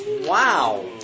Wow